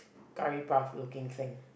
curry puff looking thing